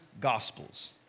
Gospels